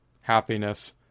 happiness